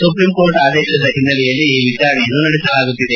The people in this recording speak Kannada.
ಸುಪ್ರೀಂ ಕೋರ್ಟ್ ಆದೇಶದ ಹಿನ್ನೆಲೆಯಲ್ಲಿ ಈ ವಿಚಾರಣೆಯನ್ನು ನಡೆಸಲಾಗುತ್ತಿದೆ